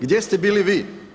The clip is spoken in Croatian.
Gdje ste bili vi?